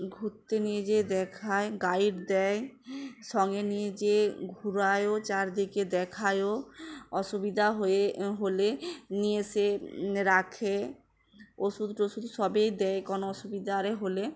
ঘুরতে নিয়ে যেয়ে দেখায় গাইড দেয় সঙ্গে নিয়ে যেয়ে ঘোরায়ও চারদিকে দেখায়ও অসুবিধা হয়ে হলে নিয়ে এসে রাখে ওষুধ টষুদ সবেই দেয় কোনো অসুবিধা আরে হলে